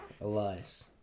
Elias